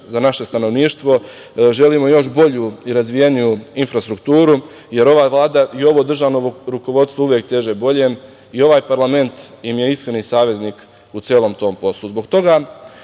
za naše stanovništvo, želimo još bolju i razvijeniju infrastrukturu, jer ova Vlada i ovo državno rukovodstvo uvek teže boljem i ovaj parlament im je iskreni saveznik u celom tom poslu. Zbog toga